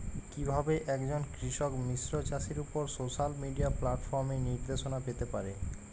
কিভাবে একজন কৃষক মিশ্র চাষের উপর সোশ্যাল মিডিয়া প্ল্যাটফর্মে নির্দেশনা পেতে পারে?